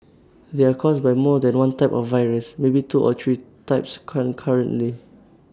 they are caused by more than one type of virus maybe two or three types concurrently